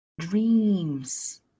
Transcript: dreams